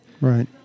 right